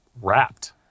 wrapped